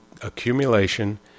accumulation